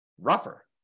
rougher